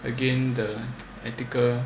again the ethical